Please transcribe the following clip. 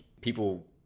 people